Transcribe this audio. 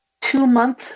two-month